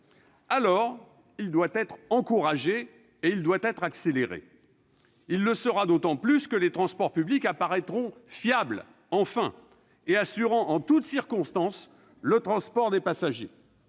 lors, il doit être encouragé et accéléré. Il le sera d'autant plus que les transports publics apparaîtront enfin fiables et assurant en toutes circonstances le transport des passagers.